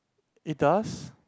it does